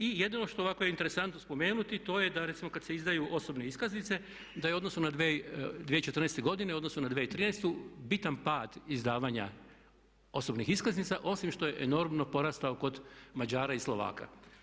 I jedino što ovako je interesantno spomenuti to je da recimo kad se izdaju osobne iskaznice da je u odnosu na 2014. godine u odnosu na 2013. bitan pad izdavanja osobnih iskaznica, osim što je enormno porastao kod Mađara i Slovaka.